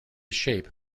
shape